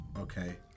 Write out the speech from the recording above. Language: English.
okay